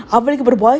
அவள்:aval